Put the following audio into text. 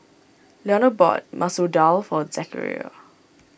Leonor bought Masoor Dal for Zechariah